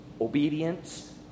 obedience